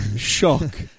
Shock